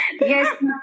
Yes